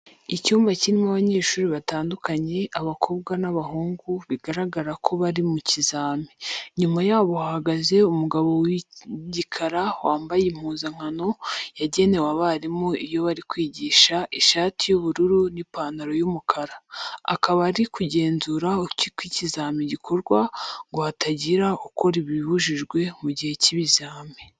Icyumba kirimo abanyeshuri batandukanye, abakobwa n'abahungu bigaragara ko bari mu kizami. Inyuma yabo hahagaze umugabo w'igikara wambaye impuzankano yagenewe abarimu iyo bari kwigisha, ishati y'ubururu n'ipantaro y'umukara. Akaba ari kugenzura uko ikizami gikorwa, ngo hatagira ukora ibibujijwe mu gihe cy'ibizami.